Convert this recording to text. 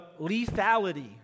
lethality